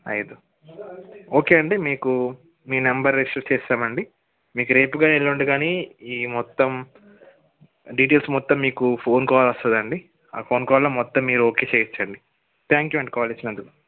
ఐదు ఓకే అండి మీకు మీ నెంబర్ ఇష్యూ చేస్తాము అండి మీకు రేపు కాని ఎల్లుండి కాని ఈ మొత్తం డీటెయిల్స్ మొత్తం మీకు ఫోన్ కాల్ వస్తుంది అండి ఆ ఫోన్ కాల్లో మొత్తం మీరు ఓకే చేయవచ్చు అండి థ్యాంక్ యు అండి కాల్ ఇచ్చినందుకు